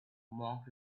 monk